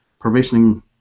provisioning